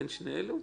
בין שתי אלו?